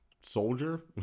soldier